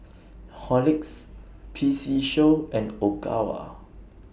Horlicks P C Show and Ogawa